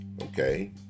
okay